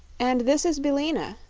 and this is billina,